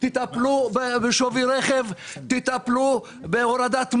תטפלו בשווי רכב, תטפלו בהורדת מס,